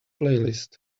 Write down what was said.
playlist